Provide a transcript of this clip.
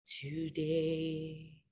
today